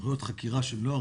- סמכויות חקירה של נוער,